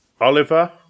Oliver